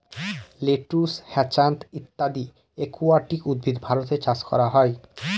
lettuce, hyacinth ইত্যাদি aquatic উদ্ভিদ ভারতে চাষ করা হয়